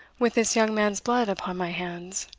with this young man's blood upon my hands